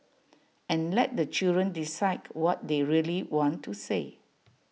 and let the children decide what they really want to say